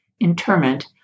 interment